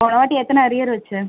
போனவாட்டி எத்தனை அரியர் வச்ச